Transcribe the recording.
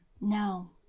No